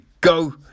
go